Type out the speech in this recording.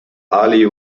ali